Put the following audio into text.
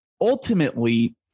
ultimately